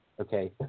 okay